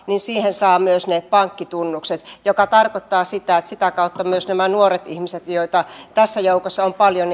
niin siihen saa myös ne pankkitunnukset mikä tarkoittaa sitä että sitä kautta myös nämä nuoret ihmiset joita tässä joukossa on paljon